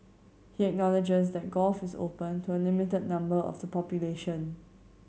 he acknowledges that golf is open to a limited number of the population